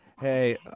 Hey